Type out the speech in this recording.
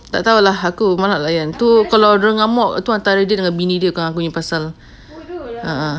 tak tahu lah aku malas layan tu kalau dorang mengamuk tu antara bini dengan dia bukan aku nya pasal